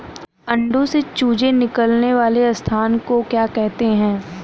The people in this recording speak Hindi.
अंडों से चूजे निकलने वाले स्थान को क्या कहते हैं?